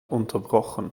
unterbrochen